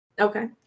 Okay